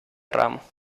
ramos